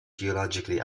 geologically